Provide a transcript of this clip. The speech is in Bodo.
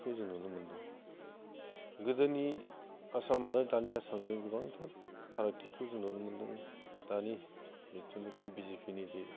खौ जों नुनो मोनदों गोदोनि आसाम आरो दानि आसामजों गोबांथार फारागथिखौ जों नुनो मोनदों दानि जिथुनिखि बिजेपिनि बे